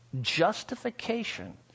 justification